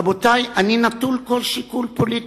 רבותי, אני נטול כל שיקול פוליטי.